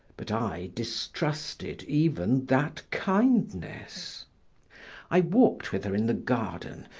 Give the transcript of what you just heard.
but i distrusted even that kindness i walked with her in the garden,